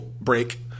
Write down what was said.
break